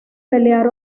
pelear